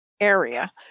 area